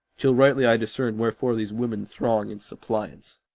till rightly i discern wherefore these women throng in suppliance.